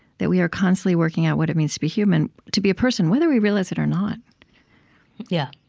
that we are constantly working out what it means to be human, to be a person, whether we realize it or not yeah.